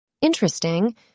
interesting